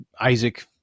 Isaac